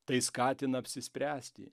tai skatina apsispręsti